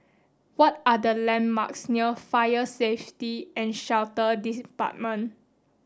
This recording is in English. what are the landmarks near Fire Safety and Shelter Department